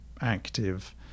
active